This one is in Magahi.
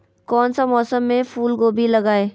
कौन सा मौसम में फूलगोभी लगाए?